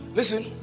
listen